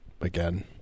again